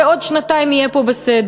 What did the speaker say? ועוד שנתיים יהיה פה בסדר.